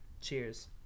cheers